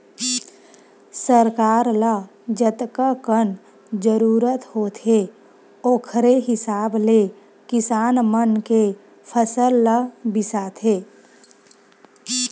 सरकार ल जतकाकन जरूरत होथे ओखरे हिसाब ले किसान मन के फसल ल बिसाथे